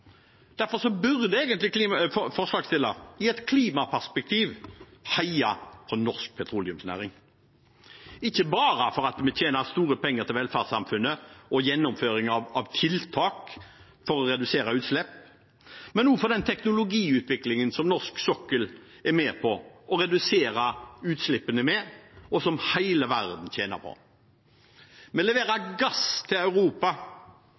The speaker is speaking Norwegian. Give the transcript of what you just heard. burde egentlig forslagsstillerne i et klimaperspektiv heie på norsk petroleumsnæring – ikke bare for at vi tjener store penger til velferdssamfunnet og gjennomfører tiltak for å redusere utslipp, men også for den teknologiutviklingen som norsk sokkel er med på å redusere utslippene med, og som hele verden tjener på. Vi leverer gass til Europa som realiserer utslippskutt seks ganger de totale norske utslippene, i Europa.